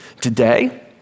Today